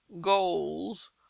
goals